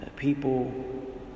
people